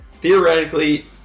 Theoretically